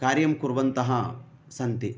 कार्यं कुर्वन्तः सन्ति